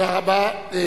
תודה רבה.